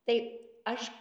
tai aš